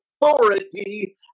authority